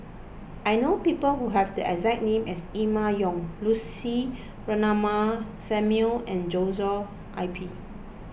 I know people who have the exact name as Emma Yong Lucy Ratnammah Samuel and Joshua I P